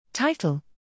Title